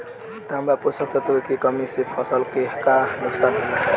तांबा पोषक तत्व के कमी से फसल के का नुकसान होला?